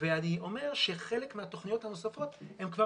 ואני אומר שחלק מהתוכניות הנוספות הן כבר